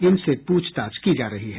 इनसे पूछताछ की जा रही है